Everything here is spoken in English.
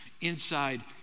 inside